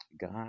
God